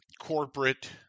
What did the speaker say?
corporate